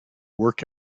work